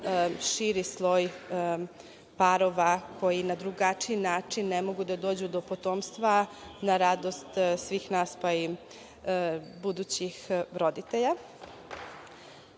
širi sloj parova koji na drugačiji način ne mogu da dođu do potomstva, na radost svih nas, pa i budućih roditelja. Govorila